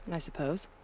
i suppose.